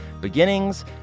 beginnings